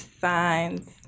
signs